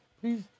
Please